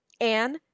Anne